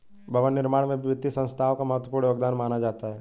भवन निर्माण में भी वित्तीय संस्थाओं का महत्वपूर्ण योगदान माना जाता है